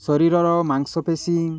ଶରୀରର ମାଂସପେଶୀ